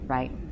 Right